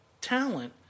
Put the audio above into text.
talent